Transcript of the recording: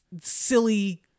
silly